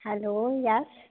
hello yes